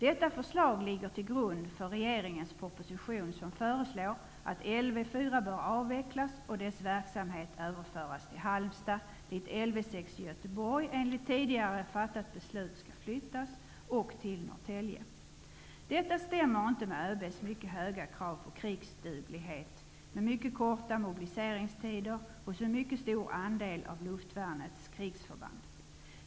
Detta förslag ligger till grund för regeringens proposition som föreslår att Lv 4 bör avvecklas och dess verksamhet överföras till Halmstad, dit Lv 6 i Göteborg enligt tidigare fattat beslut skall flyttas, och till Norrtälje. Detta stämmer inte med ÖB:s mycket höga krav på krigsduglighet med mycket korta mobiliseringstider hos en mycket stor andel av luftvärnets krigsförband.